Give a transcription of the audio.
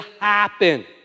happen